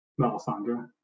Melisandre